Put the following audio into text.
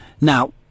now